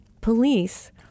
police